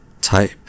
type